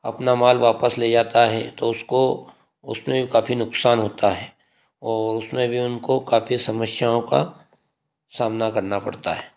अपना माल वापस ले जाता है तो उसको उसमें भी काफ़ी नुकसान होता है और उसमें भी उनको काफ़ी समस्याओं का सामना करना पड़ता है